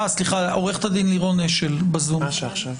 עו"ד לירון אשל בזום.